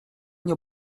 nie